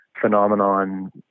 phenomenon